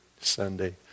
Sunday